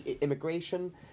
Immigration